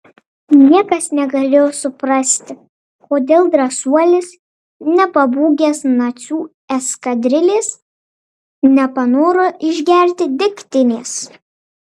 niekas negalėjo suprasti kodėl drąsuolis nepabūgęs nacių eskadrilės nepanoro išgerti degtinės